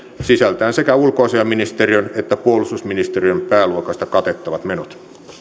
sisältäen sekä ulkoasiainministeriön että puolustusministeriön pääluokasta katettavat menot